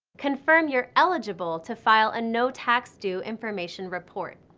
confirm you are eligible to file a no tax due information report.